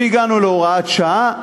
והגענו להוראת שעה.